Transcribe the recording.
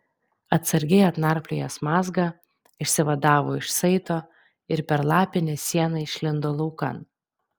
atsargiai atnarpliojęs mazgą išsivadavo iš saito ir per lapinę sieną išlindo laukan